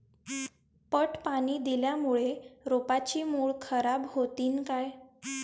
पट पाणी दिल्यामूळे रोपाची मुळ खराब होतीन काय?